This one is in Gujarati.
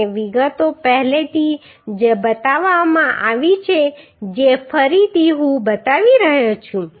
અને વિગતો પહેલેથી જ બતાવવામાં આવી છે જે ફરીથી હું અહીં બતાવી રહ્યો છું